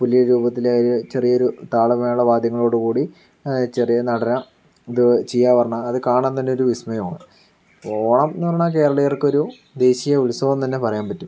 പുലിയുടെ രൂപത്തിൽ ചെറിയ ഒരു താളമേള വാദ്യങ്ങളോടുകൂടി ചെറിയ നടന ഇത് ചെയ്യുക എന്ന് പറഞ്ഞാൽ അത് കാണാൻ തന്നെ ഒരു വിസ്മയമാണ് ഓണം എന്ന് പറഞ്ഞാൽ കേരളീയർക്ക് ഒരു ദേശീയ ഉത്സവമെന്ന് തന്നെ പറയാൻ പറ്റും